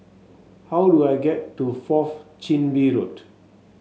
how do I get to Fourth Chin Bee Road